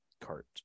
cart